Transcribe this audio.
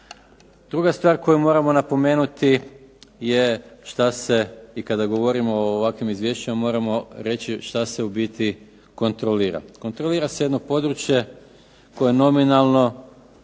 Druga stvar koju moramo napomenuti je šta se i kada govorimo o ovakvim izvješćima moramo reći šta se u biti kontrolira. Kontrolira se jedno područje koje nominalno